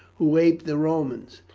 who aped the romans,